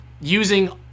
using